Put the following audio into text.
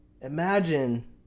Imagine